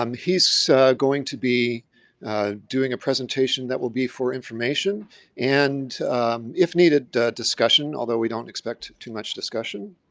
um he's going to be doing a presentation that will be for information and if needed discussion, although we don't expect too much discussion.